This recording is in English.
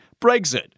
Brexit